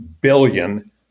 billion